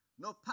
No